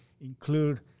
include